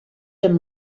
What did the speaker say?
dem